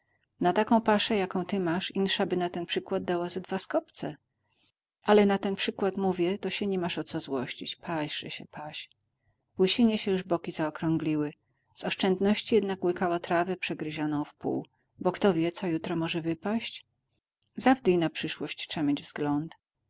na taką paszę jaką ty masz inszaby na ten przykład dała ze dwa skopce ale na ten przykład mówię to sie nimasz o co złościć paś że sie paś łysinie się już boki zaokrągliły z oszczędności jednak łykała trawę przegryzioną wpół bo kto wie co jutro może wypaść zawdy i na przyszłość trza mieć wzgląd